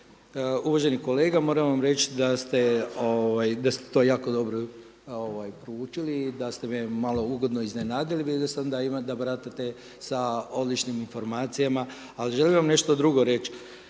Uvaženi kolega moram vam reći da ste to jako dobro proučili, da ste me malo ugodno iznenadili. Vidim da baratate sa odličnim informacijama. Ali želim vam nešto drugo reći.